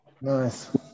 Nice